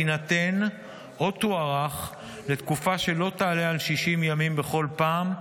תינתן או תוארך לתקופה שלא תעלה על 60 ימים בכל פעם,